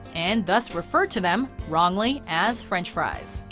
and thus refer to them, wrongly as french fries.